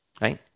right